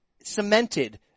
cemented